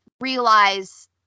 realize